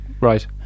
right